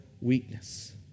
weakness